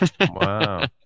Wow